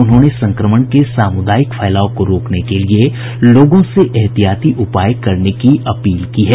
उन्होंने संक्रमण के सामुदायिक फैलाव को रोकने के लिए लोगों से ऐहतियाती उपाय करने की अपील की है